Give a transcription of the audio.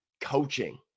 coaching